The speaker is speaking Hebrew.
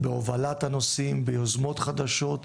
בהובלת הנושא הנושאים, ביוזמות חדשות,